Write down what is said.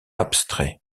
abstrait